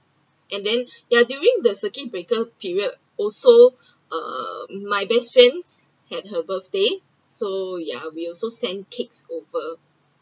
and then ya during the circuit breaker period also uh my best friends had her birthday so ya we also send cakes over